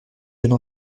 jeune